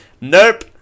Nope